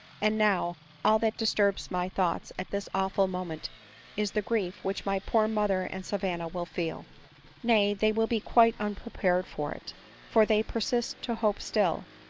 and now, all that disturbs my thoughts at this awful moment is, the grief which my poor mother and savanna will feel nay, they will be quite unprepared for it for they persist to hope still,